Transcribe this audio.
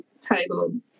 titled